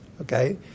okay